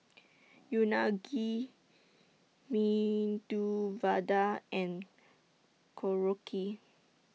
Unagi Medu Vada and Korokke